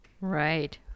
right